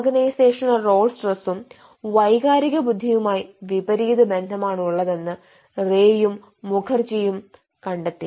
organisational role സ്ട്രെസ്സും വൈകാരിക ബുദ്ധിയുമായി വിപരീത ബന്ധമാണ് ഉള്ളതെന്ന് റേയും മുഖർജിയും കണ്ടെത്തി